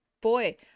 boy